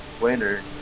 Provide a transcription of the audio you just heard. winter